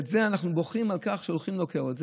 אנחנו בוכים על כך שהולכים לעקר את זה.